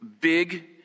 big